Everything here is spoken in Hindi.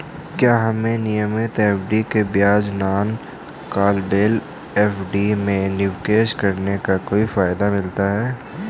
क्या हमें नियमित एफ.डी के बजाय नॉन कॉलेबल एफ.डी में निवेश करने का कोई फायदा मिलता है?